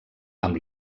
amb